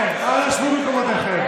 תן לו לצאת.